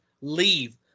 Leave